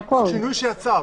שינוי של הצו,